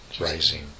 rising